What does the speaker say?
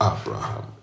abraham